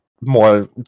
more